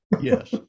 yes